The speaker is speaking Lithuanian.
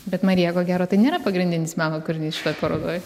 bet marija ko gero tai nėra pagrindinis meno kūrinys šitoj parodoj